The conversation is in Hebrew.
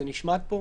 זה נשמט פה,